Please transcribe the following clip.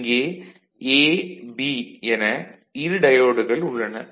இங்கே A B என இரு டயோடுகள் உள்ளன